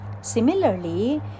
Similarly